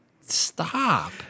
stop